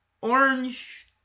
orange